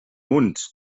mund